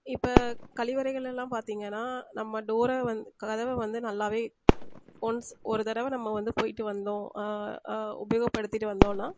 இப்போ கழிவறைகள் எல்லாம் பார்த்தீங்கன்னா நம்ம டோரை வந்து கதவை வந்து நல்லா ஒன்ஸ் ஒரு தடவ நம்ம வந்து போய்ட்டு வந்தோம் உபயோகப்படுத்திவிட்டு வந்தோம்னா